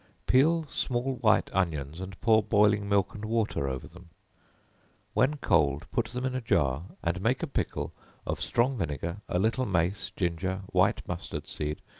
peel small white onions and pour boiling milk and water over them when cold, put them in a jar, and make a pickle of strong vinegar, a little mace, ginger, white mustard seed,